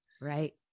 Right